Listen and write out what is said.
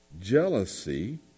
jealousy